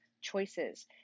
choices